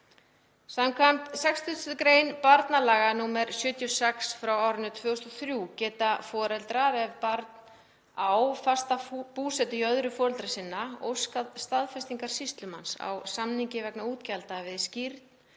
Samkvæmt 60. gr. barnalaga, nr. 76/2003, geta foreldrar, ef barn á fasta búsetu hjá öðru foreldra sinna, óskað staðfestingar sýslumanns á samningi vegna útgjalda við skírn,